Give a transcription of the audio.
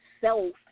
self